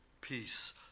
peace